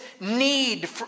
need